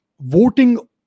voting